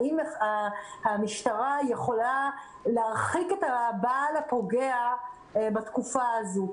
אם המשטרה יכולה להרחיק את הבעל הפוגע בתקופה הזו,